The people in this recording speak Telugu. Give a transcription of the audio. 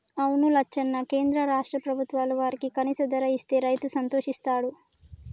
అవును లచ్చన్న కేంద్ర రాష్ట్ర ప్రభుత్వాలు వారికి కనీస ధర ఇస్తే రైతు సంతోషిస్తాడు